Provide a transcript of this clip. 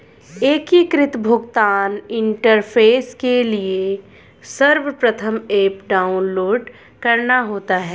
एकीकृत भुगतान इंटरफेस के लिए सर्वप्रथम ऐप डाउनलोड करना होता है